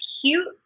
cute